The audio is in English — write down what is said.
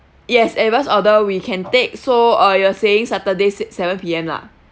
yes advance order we can take so uh you're saying saturday s~ seven P_M lah